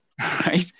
Right